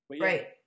Right